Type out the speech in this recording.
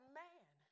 man